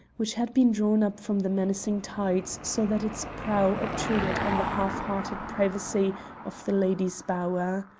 which had been drawn up from the menacing tides so that its prow obtruded on the half-hearted privacy of the lady's bower.